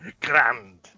Grand